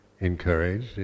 encouraged